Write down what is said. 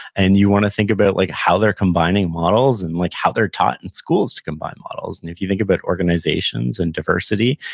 and you wanna think about like how they're combining models and like how they're taught in schools to combine models, and if you think about organizations and diversity,